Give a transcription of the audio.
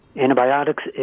Antibiotics